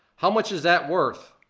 how much is that worth?